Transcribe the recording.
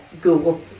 Google